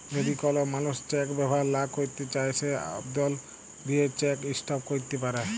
যদি কল মালুস চ্যাক ব্যাভার লা ক্যইরতে চায় সে আবদল দিঁয়ে চ্যাক ইস্টপ ক্যইরতে পারে